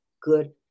good